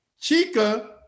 Chica